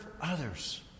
others